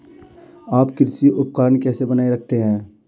आप कृषि उपकरण कैसे बनाए रखते हैं?